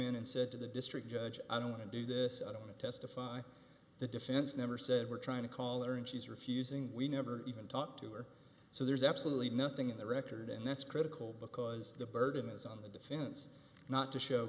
in and said to the district judge i don't want to do this i don't testify the defense never said we're trying to call her and she's refusing we never even talk to her so there's absolutely nothing in the record and that's critical because the burden is on the defense not to show